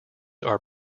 are